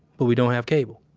but we don't have cable.